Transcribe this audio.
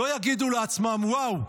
לא יגידו לעצמם: וואו,